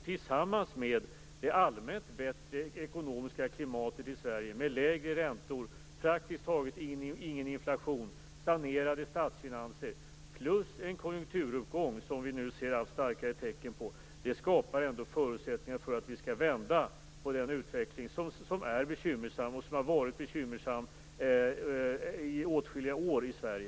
Tillsammans med det allmänt bättre ekonomiska klimatet i Sverige med lägre räntor, praktiskt taget ingen inflation, sanerade statsfinanser plus en konjunkturuppgång som vi nu ser allt starkare tecken på skapas ändå förutsättningar för att vi skall vända på den utveckling som är bekymmersam och som har varit bekymmersam i åtskilliga år i Sverige.